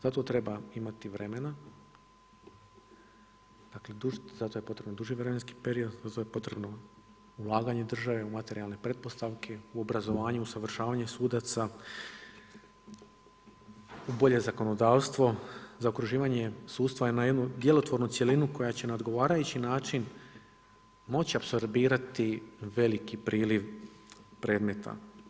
Za to treba imati vremena, dakle za to je potreban duži vremenski period, za to je potrebno ulaganje države u materijalne pretpostavke, u obrazovanje, u usavršavanje sudaca, u bolje zakonodavstvo, zaokruživanje sudstva na jednu djelotvornu cjelinu koja će na odgovarajući način moći apsorbirati veliki priljev predmeta.